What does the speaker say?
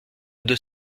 deux